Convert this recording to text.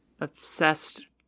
obsessed